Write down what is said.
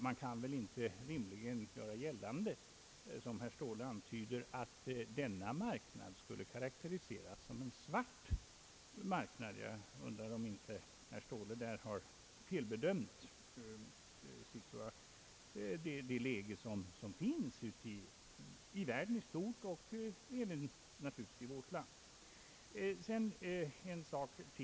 Man kan väl inte rimligen göra gällande — som herr Ståhle tycks vilja göra — att denna marknad skulle kunna karakteriseras som en svart marknad. Jag undrar om inte herr Ståhle därvidlag har felbedömt läget i världen i stort och naturligtvis även i vårt land.